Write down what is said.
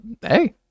Hey